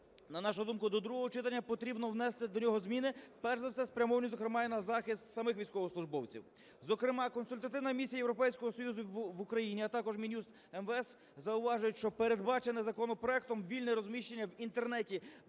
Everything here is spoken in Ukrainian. на нашу думку, до другого читання потрібно внести до нього зміни, перш за все спрямовані, зокрема, і на захист самих військовослужбовців. Зокрема, Консультативна місія Європейського Союзу в Україні, а також Мін'юст, МВС зауважують, що передбачене законопроектом вільне розміщення в інтернеті